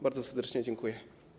Bardzo serdecznie dziękuję.